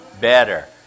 Better